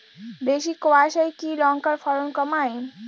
বেশি কোয়াশায় কি লঙ্কার ফলন কমায়?